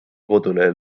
kodulehel